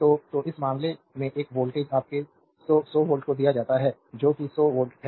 तो तो इस मामले में एक वोल्टेज आपके 100 100 वोल्ट को दिया जाता है जो कि 100 वोल्ट है